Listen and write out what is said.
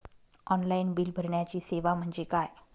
Online bill भरण्याची सेवा म्हणजे काय?